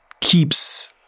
keeps